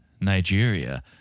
Nigeria